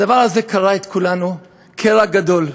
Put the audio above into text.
הדבר הזה קרע את כולנו קרע גדול.